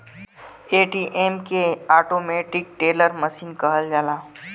ATM के automatic teller machine कहल जाला